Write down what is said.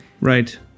Right